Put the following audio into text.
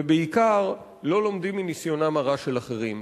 ובעיקר לא לומדים מניסיונם הרע של אחרים.